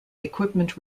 equipment